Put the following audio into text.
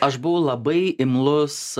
aš buvau labai imlus